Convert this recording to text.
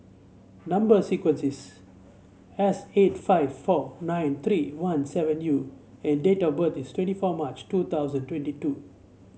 number sequence is S eighty five four nine three one seven U and date of birth is twenty four March two thousand twenty two